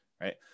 Right